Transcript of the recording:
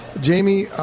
Jamie